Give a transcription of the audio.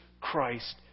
Christ